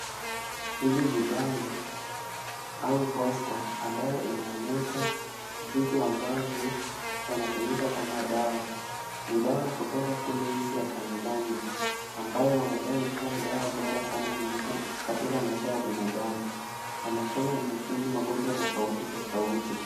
Hili ni bango au Poster ambayo inaonyesha vitu ambavyo yanatumika kama dawa. Ni dawa kutoka kule nchi ya Tanzania ambayo wanadai kuwa ni dawa bora sana katika maisha ya binadamu. Wanasema inatibu magonjwa tofauti tofauti.